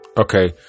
Okay